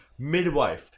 midwifed